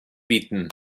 bitten